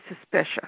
suspicious